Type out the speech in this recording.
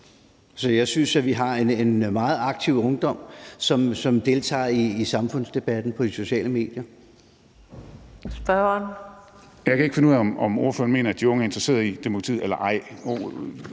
Så jeg synes, at vi har en meget aktiv ungdom, som deltager i samfundsdebatten på de sociale medier.